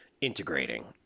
integrating